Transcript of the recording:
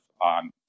on